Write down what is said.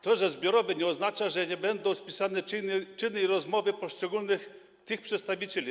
To, że zbiorowy, nie oznacza, że nie będą spisane czyny i rozmowy poszczególnych przedstawicieli.